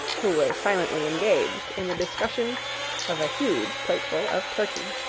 who was silently engaged in the discussion of a huge plateful of turkey.